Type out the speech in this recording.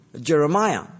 Jeremiah